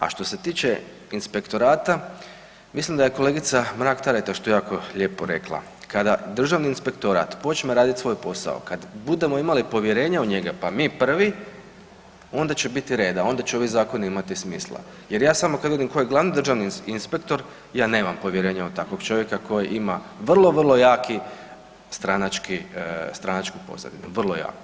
A što se inspektorata, mislim da je kolegica Mrak Taritaš to jako lijepo rekla, kada Državni inspektorat počne raditi svoj posao, kada budemo imali povjerenja u njega pa mi prvi onda će biti reda, onda će ovi zakoni imati smisla jer ja samo kad vidim tko je glavni državni inspektor ja nemam povjerenja u takvog čovjeka koji ima vrlo, vrlo jaki stranačku pozadinu, vrlo jaku.